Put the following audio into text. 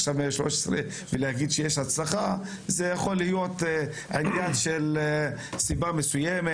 עכשיו 113. להגיד שיש הצלחה זה יכול להיות עניין של סיבה מסוימת,